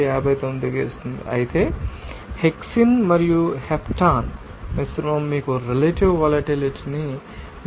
59 గా ఇస్తుంది అయితే హెక్సేన్ మరియు హెప్టాన్ మిశ్రమం మీకు రెలెటివ్ వొలటిలిటీ ను మీకు తెలిసిన 2